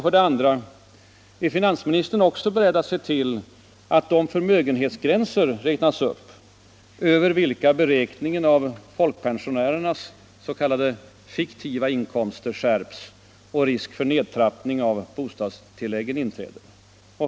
För det andra: Är finansministern också beredd att se till att de förmögenhetsgränser räknas upp över vilka beräkningen av folkpensionärernas s.k. fiktiva inkomster skärps och risk för nedtrappning av bostadstilläggen inträder?